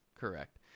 correct